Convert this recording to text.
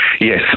Yes